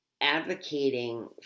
advocating